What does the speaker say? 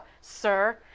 sir